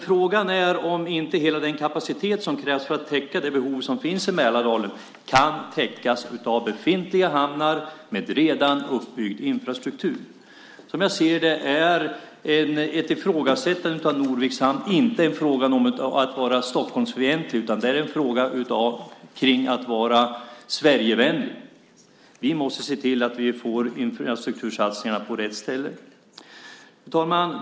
Frågan är om inte hela den kapacitet som krävs för att täcka det behov som finns i Mälardalen kan täckas av befintliga hamnar med redan uppbyggd infrastruktur. Ett ifrågasättande av Norviks hamn innebär inte att man är Stockholmsfientlig utan att man är Sverigevänlig. Vi måste se till att infrastruktursatsningar görs på rätt ställen. Fru talman!